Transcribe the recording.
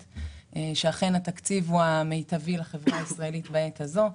שאכן התקציב הוא המיטבי לחברה הישראלית בעת הזאת.